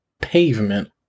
Pavement